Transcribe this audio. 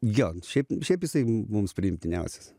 jo šiaip šiaip jisai mums priimtiniausias